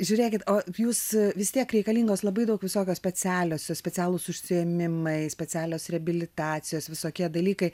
žiūrėkit o jūs vis tiek reikalingos labai daug visokios specialios specialūs užsiėmimai specialios reabilitacijos visokie dalykai